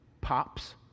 pops